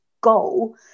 goal